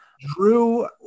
Drew